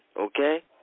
okay